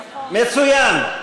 מצוין.